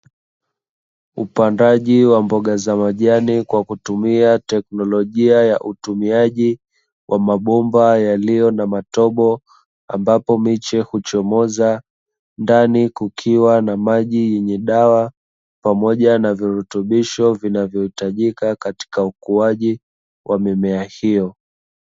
Upandaji wa mboga za majani kwa kutumia teknolojia ya utumiaji wa mabomba yaliyo na matobo, ambapo miche huchomoza ndani kukiwa na maji yenye dawa pamoja na virutubisho vinavohitajika katika ukuaji wa mimea hiyo.